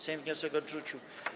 Sejm wniosek odrzucił.